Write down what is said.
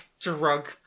Drug